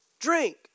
drink